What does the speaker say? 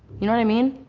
you know what i mean?